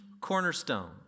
cornerstone